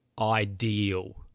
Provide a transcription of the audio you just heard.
ideal